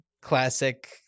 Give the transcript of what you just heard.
classic